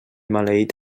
maleït